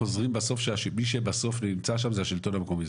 בסוף מי שנמצא שם זה השלטון המקומי.